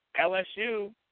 LSU